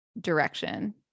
direction